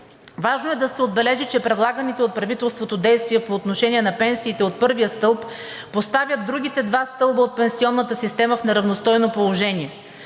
Важно е да се отбележи, че предлаганите от правителството действия по отношение на пенсиите от първия стълб поставя другите два стълба от пенсионната система в неравностойно положение.